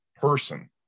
person